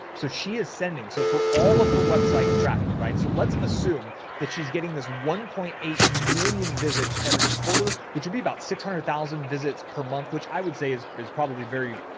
so she is sending so for all of her website traffic, right? so let's assume that she's getting this one point eight million visits every quarter, which would be about six hundred thousand visits per month, which i would say is, is probably very,